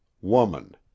woman